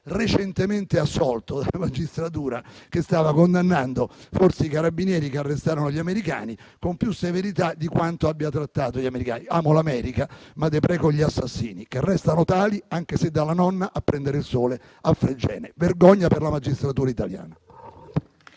recentemente assolto dalla magistratura, la quale stava forse condannando i carabinieri che arrestarono gli americani con più severità di quanta ne abbia usata per trattare gli americani. Amo l'America, ma depreco gli assassini che restano tali, anche se stanno dalla nonna a prendere il sole a Fregene. Vergogna per la magistratura italiana!